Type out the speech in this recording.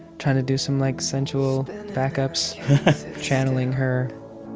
trying to do some, like, sensual backups channeling her.